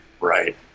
right